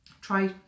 try